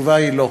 התשובה היא לא.